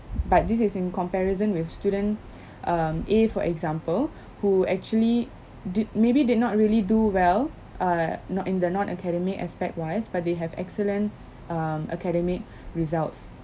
but this is in comparison with student um a for example who actually did maybe did not really do well uh not in the non academic aspect wise but they have excellent um academic results